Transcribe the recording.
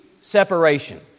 separation